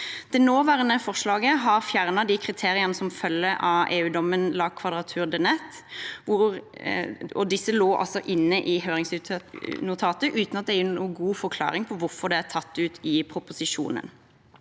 Det nåværende forslaget har fjernet de kriteriene som følger av EU-dommen La Quadrature du Net and Others – og disse lå altså inne i høringsnotatet – uten at det er gitt noen god forklaring på hvorfor de er tatt ut i proposisjonen.